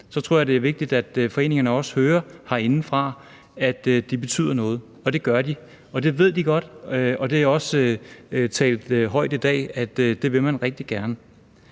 – tror jeg er vigtigt, altså at foreningerne også hører herindefra, at de betyder noget. Det gør de, og det ved de godt, og det er også sagt højt i dag, at det vil man rigtig gerne.